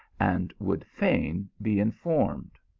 and would fain be in formed.